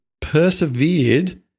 persevered